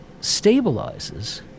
stabilizes